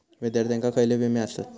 विद्यार्थ्यांका खयले विमे आसत?